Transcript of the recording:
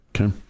Okay